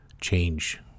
change